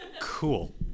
Cool